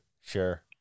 sure